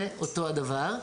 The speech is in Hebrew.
זה אותו הדבר.